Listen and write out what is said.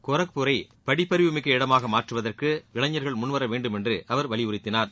கோரக்பூரை படிப்பறிவு மிக்க இடமாக மாற்றுவதற்கு இளைஞர்கள் முன்வர வேண்டும் என்று அவர் வலியுறுத்தினார்